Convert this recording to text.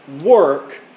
work